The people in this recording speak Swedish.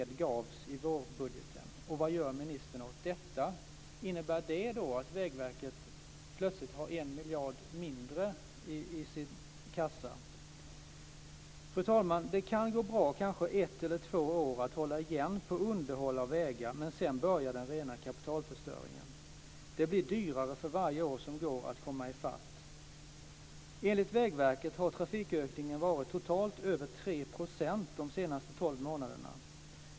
Det kan gå bra att i kanske ett eller två år hålla igen på underhåll av vägar, men sedan börjar den rena kapitalförstöringen. Det blir dyrare för varje år som går att komma i fatt. Enligt Vägverket har trafikökningen totalt varit över 3 % de senaste 12 månaderna.